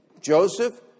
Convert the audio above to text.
Joseph